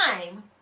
Time